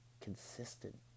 consistent